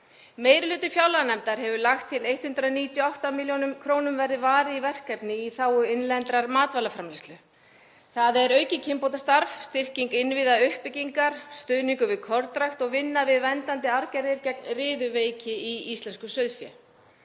Meiri hluti fjárlaganefndar hefur lagt til að 198 millj. kr. verði varið í verkefni í þágu innlendrar matvælaframleiðslu. Það er aukið kynbótastarf, styrking innviðauppbyggingar, stuðningur við kornrækt og vinna við verndandi arfgerðir gegn riðuveiki í íslensku sauðfé.